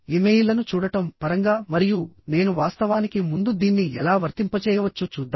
ఇమెయిల్లను చూడటం పరంగా మరియు నేను వాస్తవానికి ముందు దీన్ని ఎలా వర్తింపజేయవచ్చో చూద్దాం